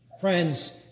Friends